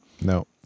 No